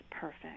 perfect